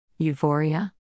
Euphoria